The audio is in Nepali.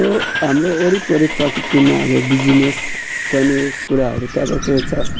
हाम्रो वरिपरि प्रकृतिमा अब बिजिनेस गर्ने कुराहरू त अब के छ